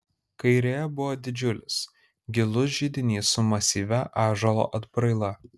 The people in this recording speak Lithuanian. kairėje buvo didžiulis gilus židinys su masyvia ąžuolo atbraila